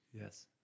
Yes